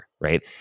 right